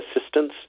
assistance